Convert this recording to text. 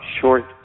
short